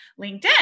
LinkedIn